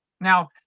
now